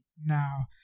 now